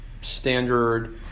standard